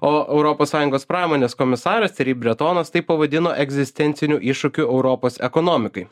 o europos sąjungos pramonės komisaras teri bretonas tai pavadino egzistenciniu iššūkiu europos ekonomikai